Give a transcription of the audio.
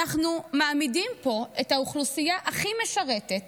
אנחנו מעמידים פה את האוכלוסייה הכי משרתת,